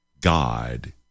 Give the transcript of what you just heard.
God